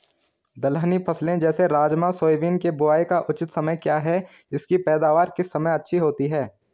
दलहनी फसलें जैसे राजमा सोयाबीन के बुआई का उचित समय क्या है इसकी पैदावार किस समय अच्छी होती है?